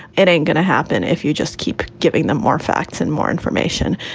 it ain't going to happen if you just keep giving them more facts and more information.